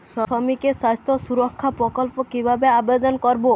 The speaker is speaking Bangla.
শ্রমিকের স্বাস্থ্য সুরক্ষা প্রকল্প কিভাবে আবেদন করবো?